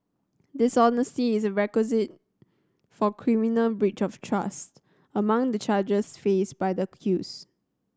dishonesty is a requisite for criminal breach of trust among the charges faced by the accused